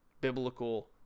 Biblical